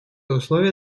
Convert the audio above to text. условия